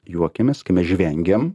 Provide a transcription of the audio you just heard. juokiamės kai mes žvengiam